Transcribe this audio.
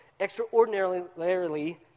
extraordinarily